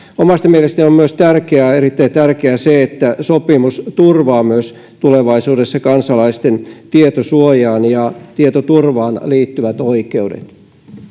omasta mielestäni on myös erittäin tärkeää se että sopimus turvaa myös tulevaisuudessa kansalaisten tietosuojaan ja tietoturvaan liittyvät oikeudet